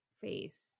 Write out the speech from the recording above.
face